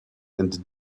and